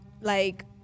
like-